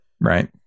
Right